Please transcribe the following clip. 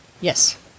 Yes